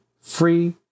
free